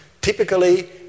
typically